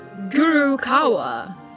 Gurukawa